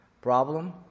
Problem